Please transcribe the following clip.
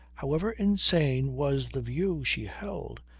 however insane was the view she held,